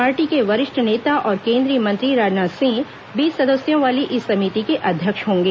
party के वरिष्ठ नेता और केंद्रीय मंत्री राजनाथ सिंह बीस सदस्यों वाली इस समिति के अध्यक्ष होंगे